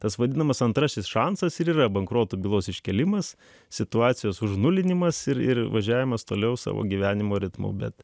tas vadinamas antrasis šansas ir yra bankroto bylos iškėlimas situacijos užnulinimas ir ir važiavimas toliau savo gyvenimo ritmo bet